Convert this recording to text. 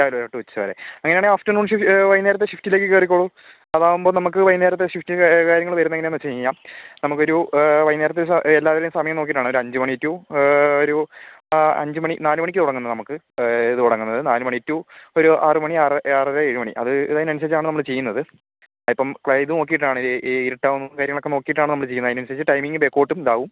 രാവിലെ തൊട്ട് ഉച്ച വെരെ അങ്ങനെയാണെൽ ആഫ്റ്റർനൂൺ ഷിഫ് വൈകുന്നേരത്തെ ഷിഫ്റ്റിലേക്ക് കേറിക്കോളു അതാകുമ്പോൾ നമുക്ക് വൈകുന്നേരത്തെ ഷിഫ്റ്റ് കാര്യങ്ങള് വരുന്നത് എങ്ങനെയാന്ന് വെച്ച് കഴിഞ്ഞാൽ നമുക്കൊരു വൈകുന്നേരത്തെയൊരു എല്ലാവരുടെയും സമയം നോക്കീട്ടാണ് ഒരഞ്ച് മണി ടു ഒരു അഞ്ച് മണി നാല് മണിക്ക് തുടങ്ങുന്നത് നമുക്ക് ഇത് തുടങ്ങുന്നത് നാല് മണി ടു ഒരു ആറ് മണി ആറര ഏഴ് മണി അത് തീരുന്നതിനുസരിച്ചാണ് നമ്മള് ചെയ്യുന്നത് ആ ഇപ്പം ക്ളൈ ഇത് നോക്കീട്ടാണ് ഇ ഇരുട്ടാവുന്നതും കാര്യങ്ങളൊക്കെ നോക്കീട്ടാണ് നമ്മള് ചെയ്യുന്നത് അതിനനുസരിച്ച് ടൈമിങ്ങ് ബായ്ക്കോട്ടും ഉണ്ടാവും